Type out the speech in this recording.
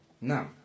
Now